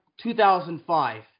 2005